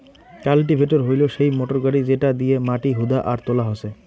cultivator হইলো সেই motor গাড়ি যেটা দিয়া মাটি হুদা আর তোলা হসে